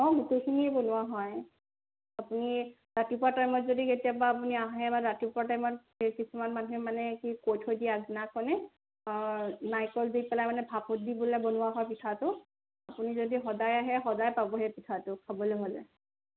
অ' গোটেইখিনিয়ে বনোৱা হয় আপুনি ৰাতিপুৱা টাইমত যদি কেতিয়াবা আপুনি আহে বা ৰাতিপুৱা টাইমত সেই কিছুমান মানুহে মানে কি কৈ থৈ দিয়া আগদিনাখনে নাৰিকল দি পেলাই মানে ভাপত দি পেলাই বনোৱা হয় পিঠাটো আপুনি যদি সদায় আহে সদায় পাব সেই পিঠাটো খাবলৈ হ'লে